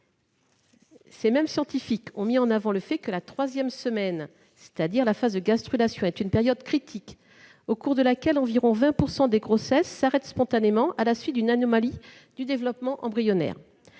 Ces mêmes scientifiques ont mis en avant le fait que cette troisième semaine, c'est-à-dire la phase de gastrulation, est une période critique, au cours de laquelle environ 20 % des grossesses s'arrêtent spontanément à la suite d'une anomalie du développement embryonnaire.